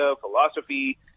philosophy